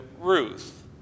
Ruth